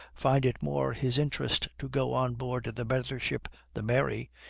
find it more his interest to go on board the better ship the mary,